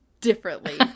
differently